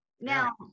Now